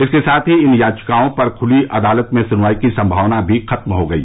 इसके साथ ही इन याचिकाओं पर खुली अदालत में सुनवाई की संभावना भी खत्म हो गई